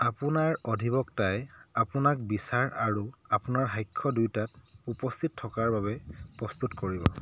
আপোনাৰ অধিবক্তাই আপোনাক বিচাৰ আৰু আপোনাৰ সাক্ষ্য দুয়োটাত উপস্থিত থকাৰ বাবে প্ৰস্তুত কৰিব